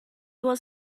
was